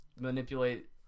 manipulate